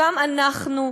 גם אנחנו,